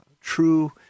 true